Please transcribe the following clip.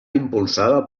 impulsada